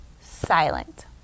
silent